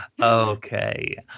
okay